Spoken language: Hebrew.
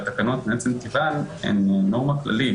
והתקנות מעצם טבען הן מאוד מאוד כלליות.